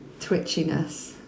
twitchiness